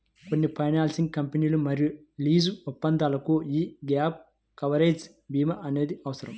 కొన్ని ఫైనాన్సింగ్ కంపెనీలు మరియు లీజు ఒప్పందాలకు యీ గ్యాప్ కవరేజ్ భీమా అనేది అవసరం